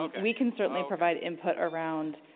um we can certainly provide input around